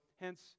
hence